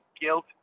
guilt